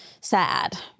sad